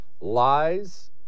lies